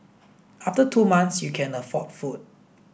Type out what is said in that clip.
after two months you can afford food